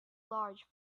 large